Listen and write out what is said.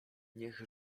niech